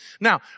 Now